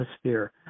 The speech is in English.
atmosphere